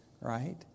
right